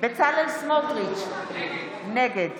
בצלאל סמוטריץ' נגד